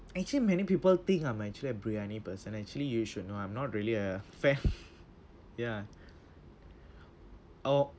actually many people think I'm actually a briyani person actually you should know I'm not really a fair ya oh